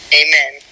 Amen